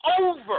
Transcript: over